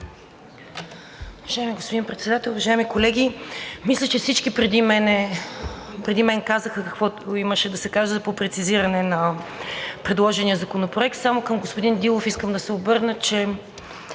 Уважаеми господин Председател, уважаеми колеги! Мисля, че всички преди мен казаха, каквото имаше да се каже по прецизиране на предложения законопроект. Само към господин Дилов искам да се обърна, че